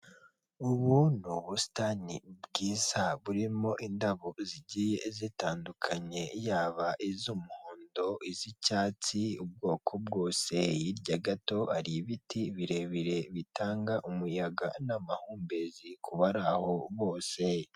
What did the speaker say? Ubu ni ubusitani bwiza burimo indabo zigiye zitandukanye yaba iz'umuhondo, iz'icyatsi, ubwoko bwose, hirya gato ari ibiti birebire bitanga umuyaga n'amahumbezi ku bari aho bose.